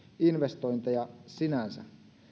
investointeja sinänsä